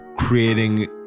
creating